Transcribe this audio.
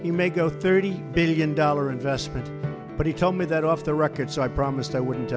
you may go thirty billion dollars investment but he told me that off the record so i promised i wouldn't